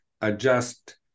adjust